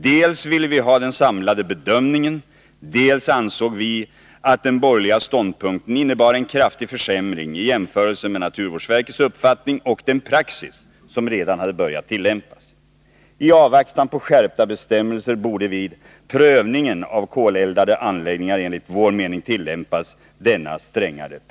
Dels ville vi ha den samlade bedömningen, dels ansåg vi att den borgerliga ståndpunkten innebar en kraftig försämring i jämförelse med naturvårdsverkets uppfattning och den praxis som redan hade börjat tillämpas. I avvaktan på skärpta bestämmelser borde vid prövningen av koleldade anläggningar enligt vår mening tillämpas denna strängare praxis.